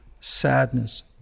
sadness